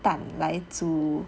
蛋来煮